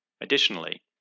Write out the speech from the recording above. Additionally